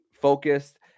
focused